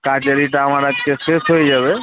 কাজের ইটা আমার আজকে শেষ হয়ে যাবে